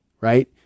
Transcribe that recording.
right